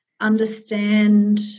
understand